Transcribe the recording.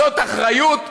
זאת אחריות?